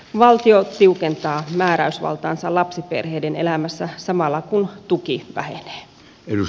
valtio tiukentaa määräysvaltaansa lapsiperheiden elämässä samalla kun tuki vähenee